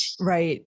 Right